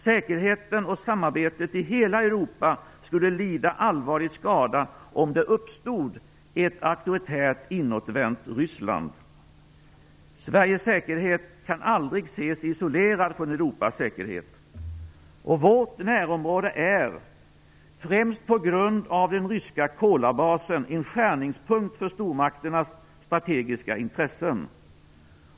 Säkerheten och samarbetet i hela Europa skulle lida allvarlig skada om det uppstod ett auktoritärt inåtvänt Ryssland. Sveriges säkerhet kan aldrig ses isolerad från Europas säkerhet. Vårt närområde är, främst på grund av den ryska Kolabasen, en skärningspunkt för stormakternas strategiska intressen.